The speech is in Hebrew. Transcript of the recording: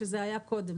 שזה היה קודם,